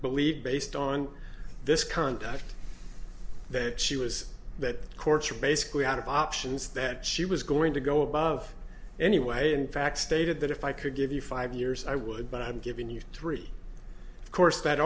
believed based on this contact that she was that courts were basically out of options that she was going to go above anyway in fact stated that if i could give you five years i would but i'm giving you three of course that